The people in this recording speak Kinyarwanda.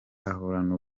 ahorana